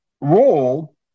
role